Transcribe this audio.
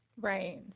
Right